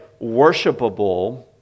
worshipable